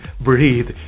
breathe